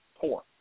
Poor